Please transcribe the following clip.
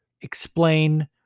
explain